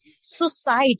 suicide